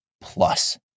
plus